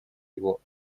его